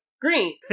green